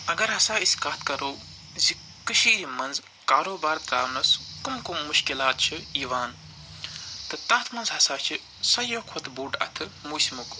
اگر ہَسا أسۍ کَتھ کَرو زِ کٲشیٖرِ منٛز کاروبار ترٛاونس کَم کَم مُشکِلات چھِ یِوان تہٕ تَتھ منٛز ہَسا چھِ سَیو کھۄتہٕ بوٚڈ اتھٕ موسمُک